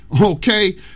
Okay